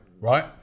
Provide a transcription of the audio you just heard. right